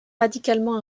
radicalement